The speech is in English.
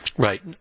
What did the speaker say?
Right